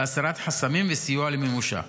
בהסרת חסמים ובסיוע למימושה.